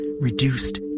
reduced